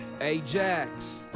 Ajax